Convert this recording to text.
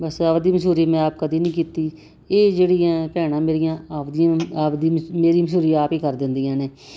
ਬਸ ਆਪਦੀ ਮਸ਼ਹੂਰੀ ਮੈਂ ਆਪ ਕਦੀ ਨਹੀਂ ਕੀਤੀ ਇਹ ਜਿਹੜੀਆਂ ਭੈਣਾਂ ਮੇਰੀਆਂ ਆਪ ਜੀ ਆਪ ਦੀ ਮੇਰੀ ਮਸ਼ਹੂਰੀ ਆਪ ਹੀ ਕਰ ਦਿੰਦੀਆਂ ਨੇ